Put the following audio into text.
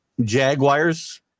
Jaguars